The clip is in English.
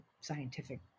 scientific